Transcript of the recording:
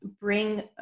bring